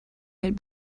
had